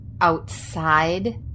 Outside